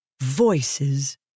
Voices